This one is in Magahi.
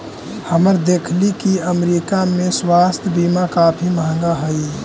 हम देखली की अमरीका में स्वास्थ्य बीमा काफी महंगा हई